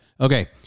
Okay